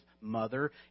mother